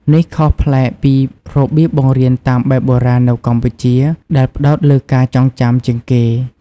នេះខុសប្លែកពីរបៀបបង្រៀនតាមបែបបុរាណនៅកម្ពុជា ដែលផ្តោតលើការចងចាំជាងគេ។